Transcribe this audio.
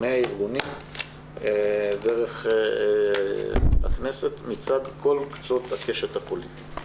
מהארגונים דרך הכנסת, מצד כל קצות הקשת הפוליטית.